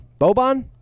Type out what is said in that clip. Boban